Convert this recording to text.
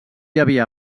havia